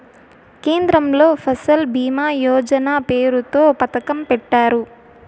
కేంద్రంలో ఫసల్ భీమా యోజన పేరుతో పథకం పెట్టారు